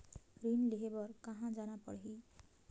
ऋण लेहे बार कहा जाना पड़ही?